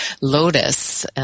lotus